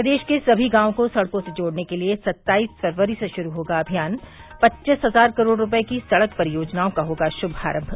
प्रदेश के सभी गांवों को सड़कों से जोड़ने के लिये सत्ताईस फरवरी से शुरू होगा अभियान पच्चीस हजार करोड़ रूपये की सड़क परियोजनाओं का होगा शुभारंभ